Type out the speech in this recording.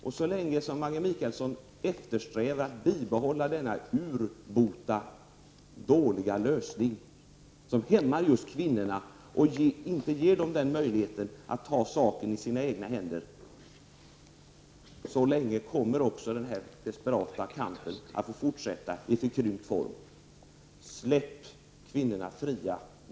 Och så länge som Maggi Mikaelsson eftersträvar att bibehålla denna urbota dåliga lösning, som hämmar just kvinnorna och inte ger dem möjligheten att ta saken i sina egna händer, så länge kommer också den här desperata kampen att fortsätta i förkrympt form. Släpp kvinnorna fria!